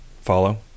follow